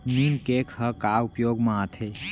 नीम cake ह का उपयोग मा आथे?